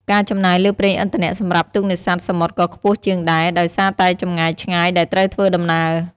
ការចំណាយលើប្រេងឥន្ធនៈសម្រាប់ទូកនេសាទសមុទ្រក៏ខ្ពស់ជាងដែរ ដោយសារតែចម្ងាយឆ្ងាយដែលត្រូវធ្វើដំណើរ។